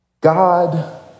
God